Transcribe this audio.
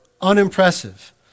unimpressive